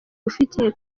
uyifite